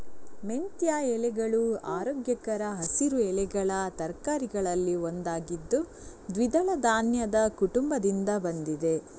ಮೆಂತ್ಯ ಎಲೆಗಳು ಆರೋಗ್ಯಕರ ಹಸಿರು ಎಲೆಗಳ ತರಕಾರಿಗಳಲ್ಲಿ ಒಂದಾಗಿದ್ದು ದ್ವಿದಳ ಧಾನ್ಯದ ಕುಟುಂಬದಿಂದ ಬಂದಿದೆ